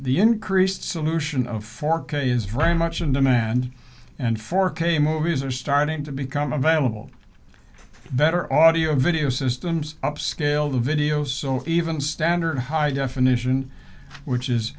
the increased solution of four k is very much in demand and four k movies are starting to become available better audiovisual systems upscale the video so even standard high definition which is